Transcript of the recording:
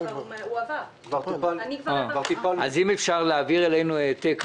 אם אפשר להעביר אלינו העתק,